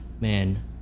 man